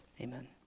amen